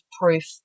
proof